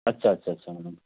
अच्छा अच्छा अच्छा मैडम